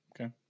Okay